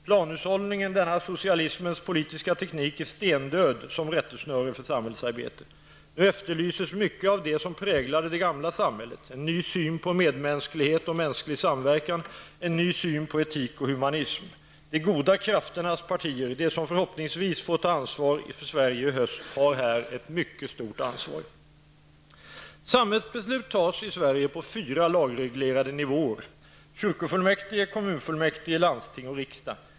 Planhushållningen, denna socialismens politiska teknik, är stendöd som rättesnöre för samhällsarbete. Nu efterlyses mycket av det som präglade det gamla samhället, en ny syn på medmänsklighet och mänsklig samverkan, en ny syn på etik och humanism. De goda krafternas partier, de som förhoppningsvis får ta över ansvaret för Sverige i höst har här ett mcyket stort ansvar. Samhällsbeslut fattas i Sverige på fyra lagreglerade nivåer: kyrkofullmäktige, kommunfullmäktige, landsting, riksdag.